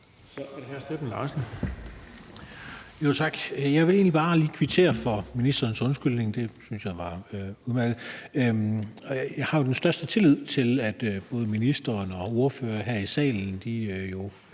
Kl. 20:15 Steffen Larsen (LA): Tak. Jeg vil egentlig bare lige kvittere for ministerens undskyldning. Det synes jeg var udmærket. Jeg har den største tillid til, at både ministeren og ordførererne her i salen kan